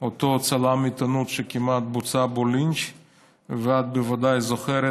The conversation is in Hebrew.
אותו צלם עיתונות שכמעט בוצע בו לינץ'; ואת בוודאי זוכרת